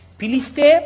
piliste